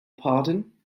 pardon